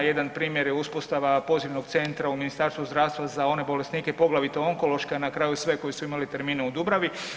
Jedan primjer je uspostava pozivnog centra u Ministarstvu zdravstva za one bolesnike, poglavito onkološke, a na kraju sve koji su imali termine u Dubravi.